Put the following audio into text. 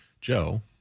Joe